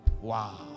wow